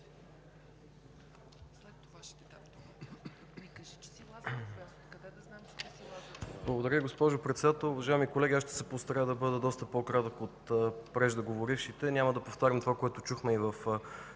Благодаря, госпожо Председател. Уважаеми колеги, ще се постарая да бъда доста по-кратък от преждеговорившите. Няма да повтарям това, което чухме и в